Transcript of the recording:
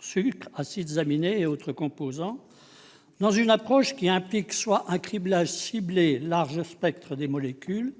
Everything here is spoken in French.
sucres, acides aminés et autres composants -, dans une approche impliquant soit un criblage ciblé large spectre des molécules,